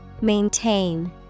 Maintain